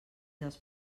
dels